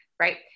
right